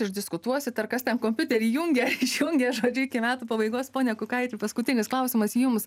išdiskutuosit ten kas ten kompiuterį įjungia išjungia žodžiu iki metų pabaigos pone kukaite paskutinis klausimas jums